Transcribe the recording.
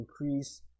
increase